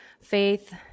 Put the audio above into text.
faith